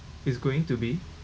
it's going to be